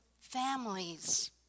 families